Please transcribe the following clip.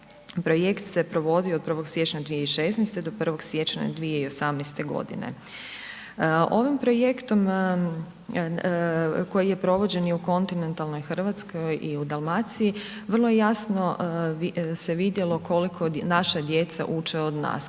Projekt se provodi od 1. siječnja 2016. do 1. siječnja 2018. godine. Ovim projektom koji je provođen i u kontinentalnoj Hrvatskoj i u Dalmaciji, vrlo jasno se vidjelo koliko naša djeca uče od nas,